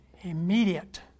immediate